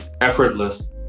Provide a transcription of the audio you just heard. effortless